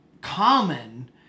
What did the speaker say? common